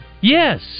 Yes